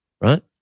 right